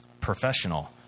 Professional